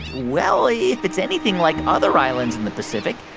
well, if it's anything like other islands in the pacific,